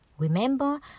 Remember